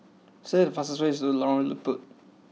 select the fastest way to Lorong Liput